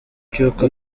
cy’uko